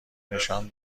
نشان